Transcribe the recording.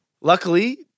Luckily